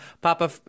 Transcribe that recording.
papa